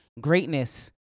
greatness